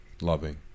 loving